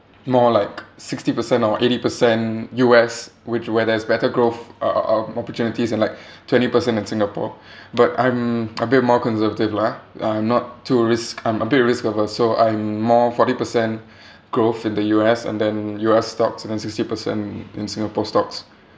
more like sixty percent or eighty percent U_S which where there's better growth uh uh um opportunities and like twenty percent in singapore but I'm a bit more conservative lah ah I'm not too risk I'm a bit risk averse so I'm more forty percent growth in the U_S and then U_S stocks and then sixty percent in singapore stocks